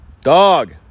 Dog